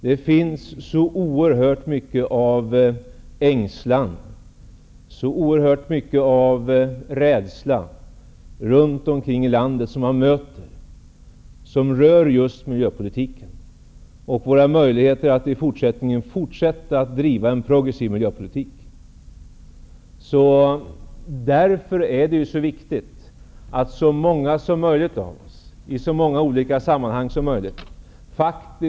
Det finns också oerhört mycken ängslan, oerhört mycken rädsla, runt omkring i landet som rör just miljöpolitiken och våra möjligheter att i fortsättningen driva en progressiv miljöpolitik. Därför är det mycket viktigt att så många som möjligt av oss deltar i så många olika sammanhang som möjligt.